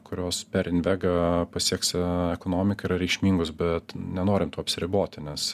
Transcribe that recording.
kurios per invegą pasieks ekonomiką yra reikšmingos bet nenorim tuo apsiriboti nes